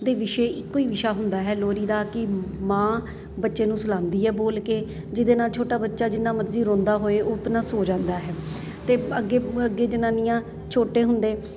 ਦੇ ਵਿਸ਼ੇ ਇੱਕੋ ਹੀ ਵਿਸ਼ਾ ਹੁੰਦਾ ਹੈ ਲੋਰੀ ਦਾ ਕਿ ਮਾਂ ਬੱਚੇ ਨੂੰ ਸੁਣਾਉਂਦੀ ਹੈ ਬੋਲ ਕੇ ਜਿਹਦੇ ਨਾਲ ਛੋਟਾ ਬੱਚਾ ਜਿੰਨਾ ਮਰਜ਼ੀ ਰੋਂਦਾ ਹੋਏ ਉਹ ਆਪਣਾ ਸੌਂ ਜਾਂਦਾ ਹੈ ਅਤੇ ਅੱਗੇ ਅੱਗੇ ਜਨਾਨੀਆਂ ਛੋਟੇ ਹੁੰਦੇ